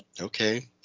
Okay